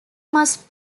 must